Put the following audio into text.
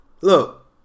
Look